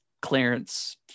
clearance